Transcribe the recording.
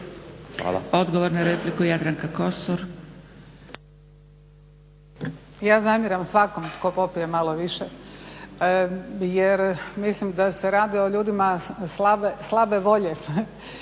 Odgovor na repliku, Jadranka Kosor.